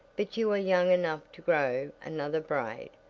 but you are young enough to grow another braid,